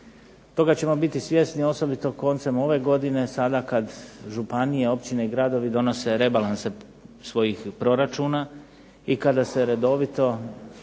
Toga ćemo biti svjesni osobito koncem ove godine, sada kad županije, općine i gradovi donose rebalanse svojih proračuna, i kada se redovito